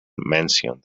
mentioned